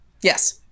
Yes